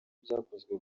ibyakozwe